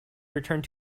returned